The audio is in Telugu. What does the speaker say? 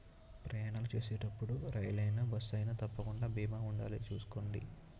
ప్రయాణాలు చేసేటప్పుడు రైలయినా, బస్సయినా తప్పకుండా బీమా ఉండాలి చూసుకోండి